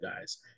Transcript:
guys